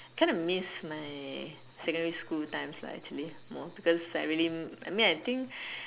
kind of miss my secondary school times lah actually more because I really I mean I think